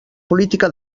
política